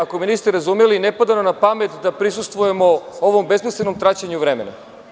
Ako me niste razumeli, ne pada nam na pamet da prisustvujemo ovom besmislenom traćenju vremena.